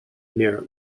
near